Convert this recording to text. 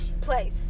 place